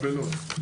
גם בלוד.